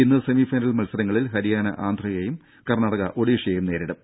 ഇന്ന് semi final മത്സരങ്ങളിൽ ഹരിയാന ആന്ധ്രയേയും കർണാടക ഒഡീഷയെയും നേരിടും